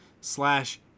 slash